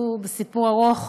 סיפור ארוך,